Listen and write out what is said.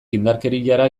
indarkeriara